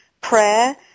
prayer